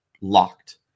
locked